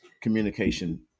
communication